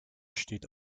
steht